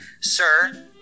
sir